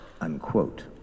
Unquote